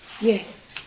yes